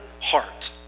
heart